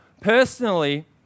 Personally